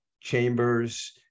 chambers